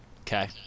Okay